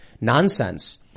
nonsense